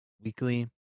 Weekly